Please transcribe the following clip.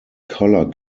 color